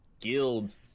Guilds